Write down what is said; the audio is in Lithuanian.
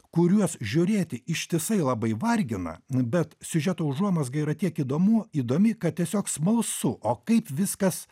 kuriuos žiūrėti ištisai labai vargina bet siužeto užuomazga yra tiek įdomu įdomi kad tiesiog smalsu o kaip viskas